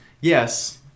yes